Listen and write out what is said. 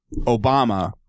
obama